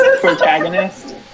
protagonist